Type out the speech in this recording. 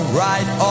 right